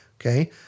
Okay